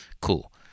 Cool